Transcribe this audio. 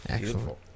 Beautiful